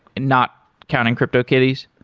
not counting crypto kitties?